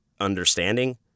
understanding